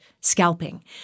scalping